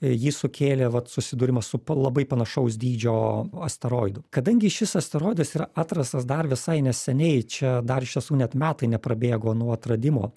jį sukėlė vat susidūrimas su pa labai panašaus dydžio asteroidu kadangi šis asteroidas yra atrastas dar visai neseniai čia dar iš tiesų net metai neprabėgo nuo atradimo